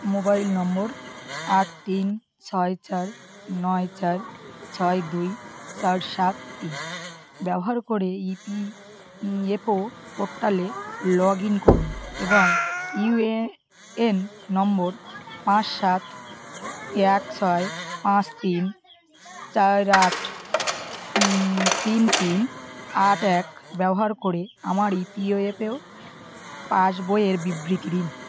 mobile নম্বর আট তিন ছয় চার নয় চার ছয় দুই চার সাত তিন ব্যবহার করে ইপিএফও পোর্টালে লগ ইন করুন এবং ইউএএন নম্বর পাঁচ সাত এক ছয় পাঁস তিন চার আট তিন তিন আট এক ব্যবহার করে আমার ইপিওএফএও পাসবইয়ের বিবৃতি দিন